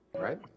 right